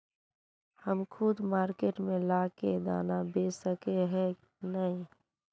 हम खुद मार्केट में ला के दाना बेच सके है नय?